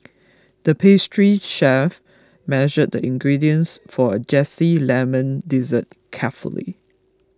the pastry chef measured the ingredients for a Zesty Lemon Dessert carefully